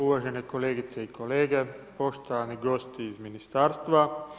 Uvažene kolegice i kolege, poštovani gosti iz ministarstva.